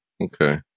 Okay